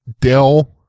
Dell